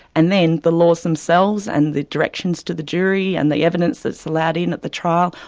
and then the laws themselves and the directions to the jury, and the evidence that's allowed in at the trial,